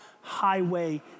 highway